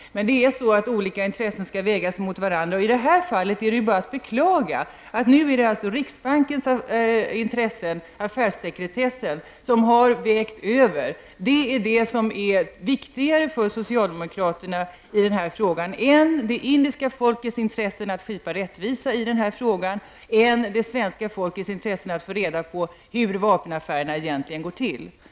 Men olika intressen skall vägas mot varandra, och i detta fall är det bara att beklaga att det är riksbankens intressen, dvs. affärssekretessen, som har vägt över. Det är viktigare för socialdemokraterna i den här frågan än det indiska folkets intresse att skipa rättvisa i frågan och än det svenska folkets intresse att få reda hur vapenaffärerna egentligen går till.